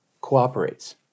cooperates